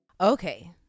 Okay